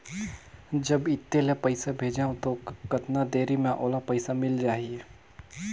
जब इत्ते ले पइसा भेजवं तो कतना देरी मे ओला पइसा मिल जाही?